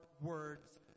words